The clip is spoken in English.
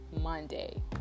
Monday